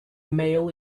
male